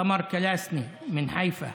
סמר קלאסנה מחיפה,